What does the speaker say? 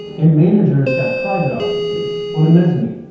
and managers got private offices on a mezzanine.